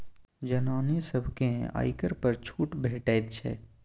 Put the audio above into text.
जनानी सभकेँ आयकर पर छूट भेटैत छै